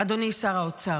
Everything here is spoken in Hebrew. אדוני שר האוצר.